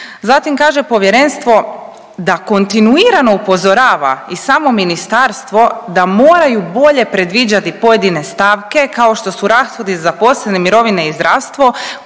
Zatim kaže povjerenstvo da kontinuirano upozorava i samo ministarstvo da moraju bolje predviđati pojedine stavke kao što su rashodi za zaposlene, mirovine i zdravstvo